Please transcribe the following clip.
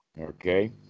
Okay